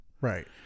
Right